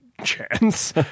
chance